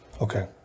Okay